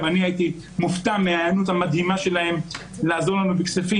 אבל אני הייתי מופתע מההיענות המדהימה שלהם לעזור לנו בכספים,